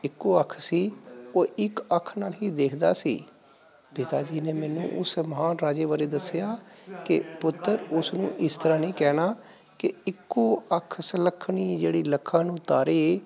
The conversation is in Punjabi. ਇੱਕੋ ਅੱਖ ਸੀ ਉਹ ਇੱਕ ਅੱਖ ਨਾਲ ਹੀ ਦੇਖਦਾ ਸੀ ਪਿਤਾ ਜੀ ਨੇ ਮੈਨੂੰ ਉਸ ਮਹਾਨ ਰਾਜੇ ਬਾਰੇ ਦੱਸਿਆ ਕਿ ਪੁੱਤਰ ਉਸ ਨੂੰ ਇਸ ਤਰ੍ਹਾਂ ਨਹੀਂ ਕਹਿਣਾ ਕਿ ਇੱਕੋ ਅੱਖ ਸੁਲੱਖਣੀ ਜਿਹੜੀ ਲੱਖਾਂ ਨੂੰ ਤਾਰੇ